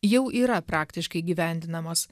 jau yra praktiškai įgyvendinamos